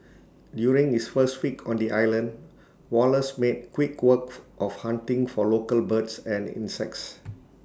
during his first week on the island Wallace made quick work of hunting for local birds and insects